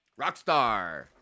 Rockstar